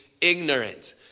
ignorant